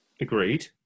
Agreed